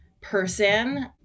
person